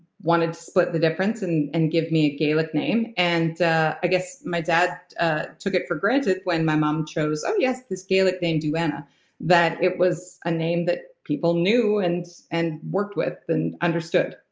wanted to split the difference and and give me a gaelic name. and i guess my dad ah took it for granted when my mum chose um this gaelic name duana that it was a name that people knew and and worked with and understood.